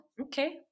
okay